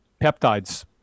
Peptides